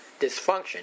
dysfunction